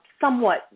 somewhat